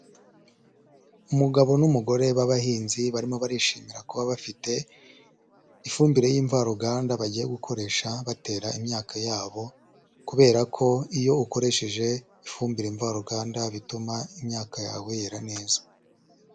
Umugabo n'umugore b'abahinzi barimo barishimira kuba bafite, ifumbire y'imvaruganda bagiye gukoresha batera imyaka yabo kubera ko iyo ukoresheje ifumbire mvaruganda bituma imyaka yawe yera neza.